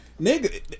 nigga